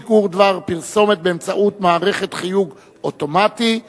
שיגור דבר פרסומת באמצעות מערכת חיוג אוטומטי),